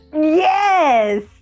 yes